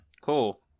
Cool